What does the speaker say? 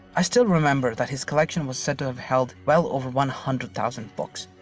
i still remember that his collection was said to have held well over one hundred thousand books.